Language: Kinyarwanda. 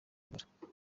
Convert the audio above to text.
ahagaragara